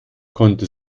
konnte